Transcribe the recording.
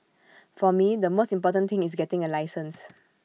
for me the most important thing is getting A license